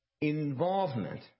involvement